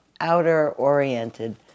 outer-oriented